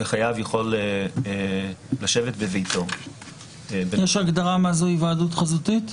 חייב יכול לשבת בביתו --- יש הגדרה מה זו היוועדות חזותית?